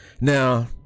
Now